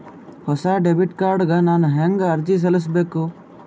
ಹೊಸ debit card ಗ ನಾನು ಹೆಂಗ ಅರ್ಜಿ ಸಲ್ಲಿಸಬೇಕು?